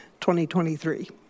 2023